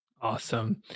Awesome